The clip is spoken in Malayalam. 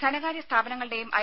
ധനകാര്യ സ്ഥാപനങ്ങളുടെയും ഐ